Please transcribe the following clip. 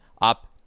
up